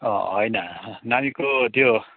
होइन नानीको त्यो